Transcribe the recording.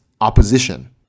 opposition